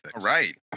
right